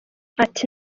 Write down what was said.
ati